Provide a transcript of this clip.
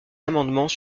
amendements